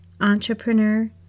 entrepreneur